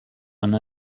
and